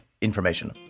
information